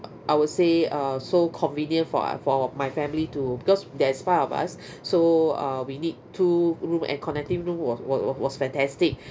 I would say uh so convenient for uh for our my family to because there's five of us so uh we need two room and connecting room wa~ wa~ was fantastic